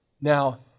now